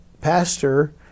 pastor